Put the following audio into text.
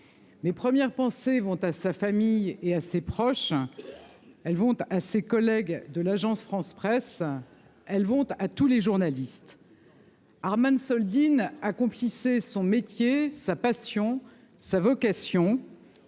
Mes premières pensées vont à sa famille et à ses proches. Elles vont à ses collègues de l'Agence France-Presse. Elles vont à tous les journalistes. Arman Soldin accomplissait son métier, sa passion, sa vocation.